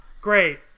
great